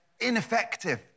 ineffective